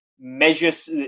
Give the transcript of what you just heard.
Measures